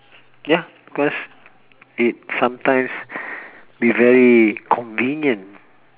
ya cause it sometimes be very convenient